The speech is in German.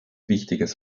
wichtiges